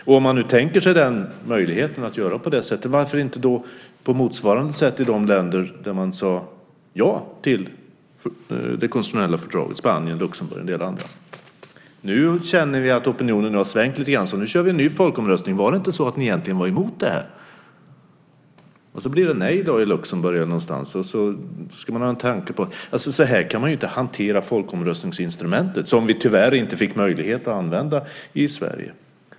Om man tänker sig möjligheten att göra på det sättet, varför inte göra på motsvarande sätt i de länder där man sade ja till det konstitutionella fördraget som Spanien, Luxemburg och en del andra? Nu känner vi att opinionen har svängt så nu kör vi en ny folkomröstning. Var det inte så att ni egentligen var emot detta? Då kanske det blir nej i Luxemburg till exempel. Så kan man ju inte hantera folkomröstningsinstrumentet. Vi fick tyvärr inte möjlighet att använda det i Sverige.